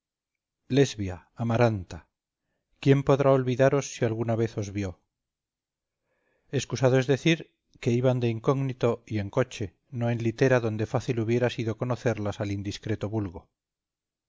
lesbia amaranta quién podrá olvidaros si alguna vez os vio excusado es decir que iban de incógnito y en coche no en litera donde fácil hubiera sido conocerlas al indiscreto vulgo